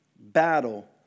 battle